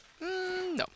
No